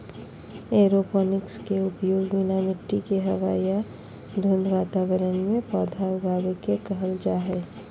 aeroponics के उपयोग बिना मिट्टी के हवा या धुंध वातावरण में पौधा उगाबे के कहल जा हइ